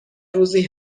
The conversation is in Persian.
روزی